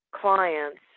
clients